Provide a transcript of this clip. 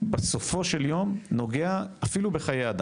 בסופו של יום, נוגע אפילו בחיי אדם,